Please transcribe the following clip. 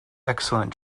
excellent